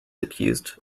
accused